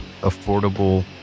affordable